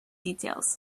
details